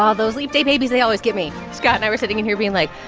um those leap day babies, they always get me. scott and i were sitting in here being like,